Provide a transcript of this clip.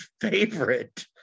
favorite